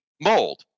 mold